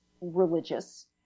religious